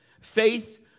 Faith